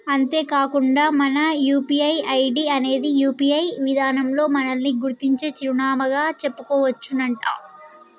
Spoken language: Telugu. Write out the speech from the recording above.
అంతేకాకుండా మన యూ.పీ.ఐ ఐడి అనేది యూ.పీ.ఐ విధానంలో మనల్ని గుర్తించే చిరునామాగా చెప్పుకోవచ్చునంట